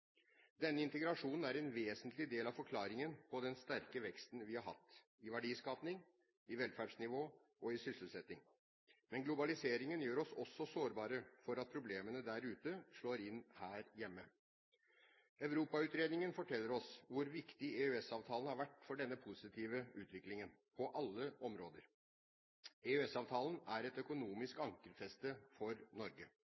Denne integrasjonen er en vesentlig del av forklaringen på den sterke veksten vi har hatt, i verdiskaping, i velferdsnivå og i sysselsetting. Men globaliseringen gjør oss også sårbare for at problemene der ute slår inn her hjemme. Europautredningen forteller oss hvor viktig EØS-avtalen har vært for denne positive utviklingen – på alle områder. EØS-avtalen er et